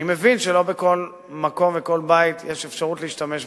אני מבין שלא בכל מקום ובכל בית יש אפשרות להשתמש במחשב.